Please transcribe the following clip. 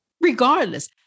regardless